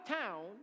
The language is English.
town